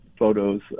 photos